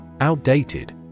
Outdated